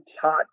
taught